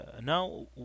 now